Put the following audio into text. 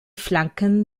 flanken